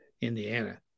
Indiana